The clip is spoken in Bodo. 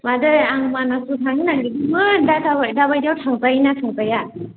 मादै आं मानासाव थांनो नागेरदोंमोन दाबायदियाव थांजायो ना थांजाया